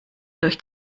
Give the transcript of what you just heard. durch